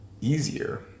easier